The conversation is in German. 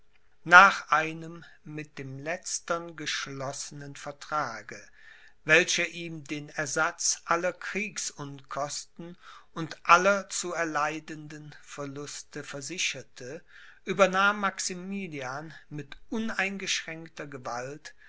nach einem mit dem letztern geschlossenen vertrage welcher ihm den ersatz aller kriegsunkosten und aller zu erleidenden verluste versicherte übernahm maximilian mit uneingeschränkter gewalt